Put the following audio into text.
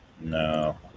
No